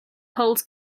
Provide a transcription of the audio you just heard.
holds